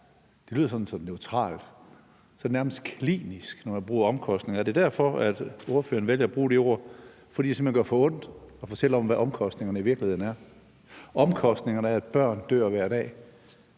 lyder det sådan neutralt, nærmest klinisk. Er det derfor, at ordføreren vælger at bruge det ord, altså fordi det simpelt hen gør for ondt at fortælle om, hvad omkostningerne i virkeligheden er? Omkostningerne er, at børn dør hver dag,